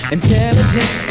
Intelligent